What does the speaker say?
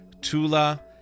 Tula